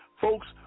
Folks